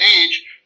age